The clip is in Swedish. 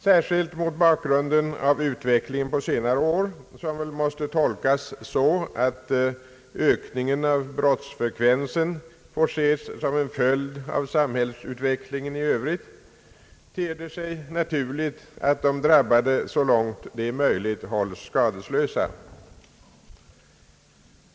Särskilt mot bakgrunden av utvecklingen på senare år, som väl måste tolkas så att ökningen av brottsfrekvensen får ses som en följd av samhällsutvecklingen i övrigt, ter det sig naturligt, att de drabbade så långt möjligt hålls skadeslösa.